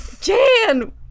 Jan